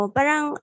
Parang